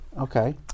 Okay